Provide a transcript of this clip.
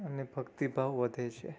અને ભક્તિ ભાવ વધે છે